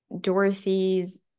Dorothy's